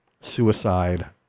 suicide